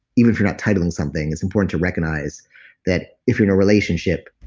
even if you're not titling something, it's important to recognize that if you're in a relationship,